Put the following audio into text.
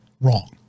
wrong